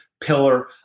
pillar